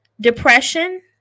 depression